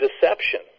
deception